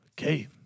Okay